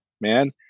man